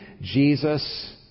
Jesus